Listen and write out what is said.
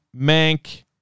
Mank